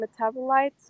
metabolites